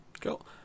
Cool